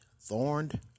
thorned